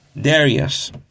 Darius